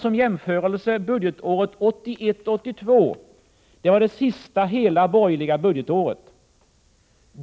Som jämförelse tar jag budgetåret 1981/82, som var det sista hela borgerliga budgetåret.